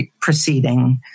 proceeding